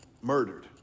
murdered